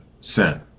sin